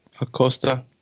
Acosta